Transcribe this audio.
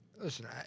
Listen